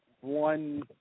one